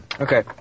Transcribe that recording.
Okay